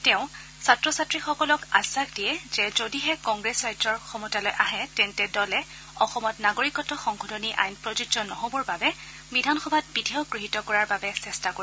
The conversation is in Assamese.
তেওঁ ছাত্ৰ ছাত্ৰীসকলক আশ্বাস দিয়ে যে যদিহে কংগ্ৰেছ ৰাজ্যৰ ক্ষমতালৈ আহে তেন্তে দলে অসমত নাগৰিকত্ব সংশোধনী আইন প্ৰযোজ্য নহ'বৰ বাবে বিধানসভাত বিধেয়ক গৃহীত কৰাৰ বাবে চেষ্টা কৰিব